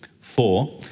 Four